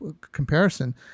comparison